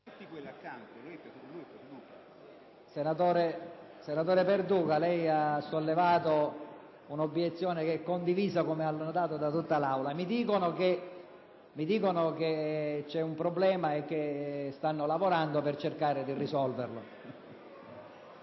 Senatore Perduca, lei ha sollevato un'obiezione che è condivisa da tutta l'Assemblea. Mi dicono che c'è un problema e che stanno lavorando per cercare di risolverlo.